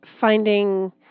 finding